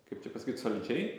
kaip čia pasakyt solidžiai